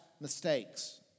mistakes